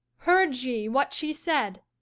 heard ye what she said?